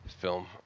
film